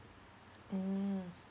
mm